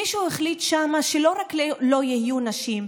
מישהו החליט שם שלא רק שלא יהיו נשים,